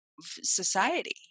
society